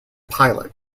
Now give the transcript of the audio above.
pilot